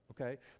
okay